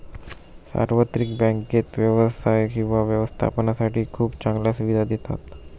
सार्वत्रिक बँकेत व्यवसाय किंवा व्यवस्थापनासाठी खूप चांगल्या सुविधा देतात